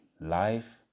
life